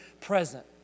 present